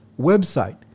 website